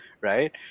right